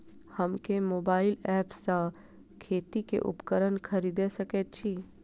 हम केँ mobile app सँ खेती केँ उपकरण खरीदै सकैत छी?